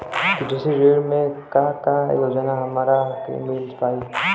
कृषि ऋण मे का का योजना हमरा के मिल पाई?